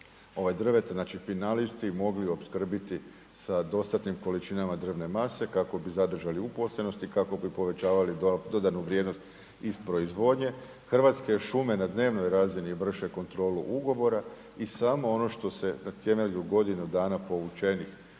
drveta, finalisti mogli opskrbiti sa dodatnim količinama drvne mase kako bi zadržali opstojnost i kako bi povećavali dodanu vrijednost iz proizvodnje. Hrvatske šume na dnevnoj razini vrše kontrola ugovora i samo ono što se na temelju godinu dana povučenih